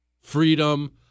Freedom